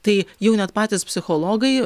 tai jau net patys psichologai